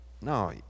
No